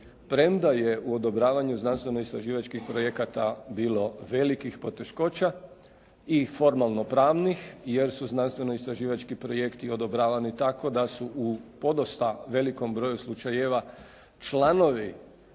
premda je u odobravanju znanstveno istraživačkih projekata bilo velikih poteškoća i formalno pravnih, jer su znanstveno istraživački projekti odobravani tako da su u podosta velikom broju slučajeva članovi